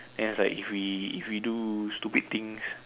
then it's like if we if we do stupid things